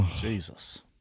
Jesus